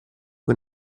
che